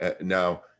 now